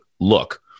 look